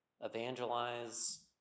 evangelize